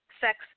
Sex